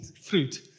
fruit